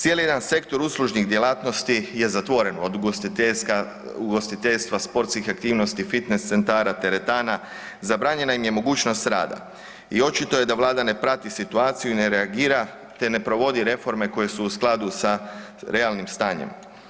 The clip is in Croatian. Cijeli jedan sektor uslužnih djelatnosti je zatvoren, od ugostiteljstva, sportskih aktivnosti, fitnes centara, teretana, zabranjena im je mogućnost rada i očito je da Vlada ne prati situaciju i ne reagira te ne provodi reforme koje su u skladu sa realnim stanjem.